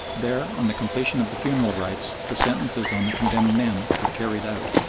there, on the completion of the funeral rites, the sentences on the condemned men were carried out,